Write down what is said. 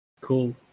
Cool